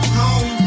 home